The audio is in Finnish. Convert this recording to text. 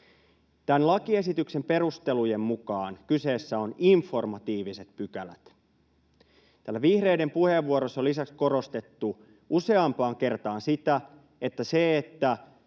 Tämän lakiesityksen perustelujen mukaan kyseessä on informatiiviset pykälät. Täällä vihreiden puheenvuoroissa on lisäksi korostettu useampaan kertaan sitä, että sillä, että